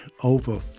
over